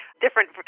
different